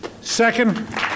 Second